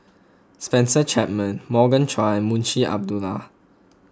Spencer Chapman Morgan Chua and Munshi Abdullah